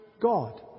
God